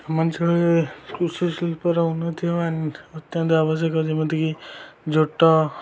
ଆମ ଅଞ୍ଚଳରେ କୃଷିଶିଳ୍ପର ଉନ୍ନତି ହେ ଅତ୍ୟନ୍ତ ଆବଶ୍ୟକ ଯେମିତିକି ଜୋଟ